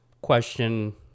Question